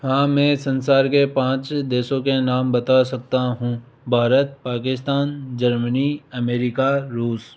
हाँ मैं संसार के पाँच देशों के नाम बता सकता हूँ भारत पाकिस्तान जर्मनी अमेरिका रूस